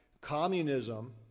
Communism